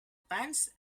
pants